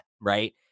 right